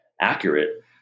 accurate